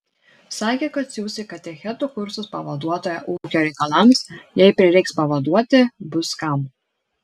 sakė kad siųs į katechetų kursus pavaduotoją ūkio reikalams jei prireiks pavaduoti bus kam